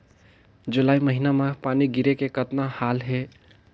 जुलाई महीना म पानी गिरे के कतना हाल हे?